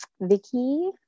Vicky